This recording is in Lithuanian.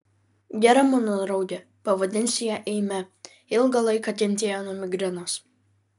gera mano draugė pavadinsiu ją eime ilgą laiką kentėjo nuo migrenos